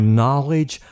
knowledge